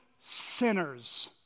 sinners